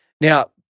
Now